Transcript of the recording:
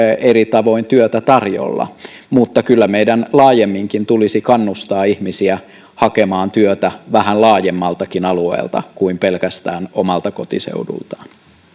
eri tavoin työtä tarjolla mutta kyllä meidän laajemminkin tulisi kannustaa ihmisiä hakemaan työtä vähän laajemmaltakin alueelta kuin pelkästään omalta kotiseudultaan